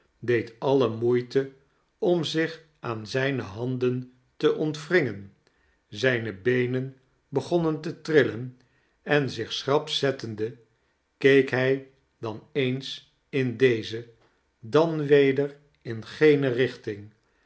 deed alle moeite om zich aan zijne handen te ontwringen zijne beenen begonnen te trillen en zich schrap zettende keek hij dan eens in deze dan weder in gene rich-ting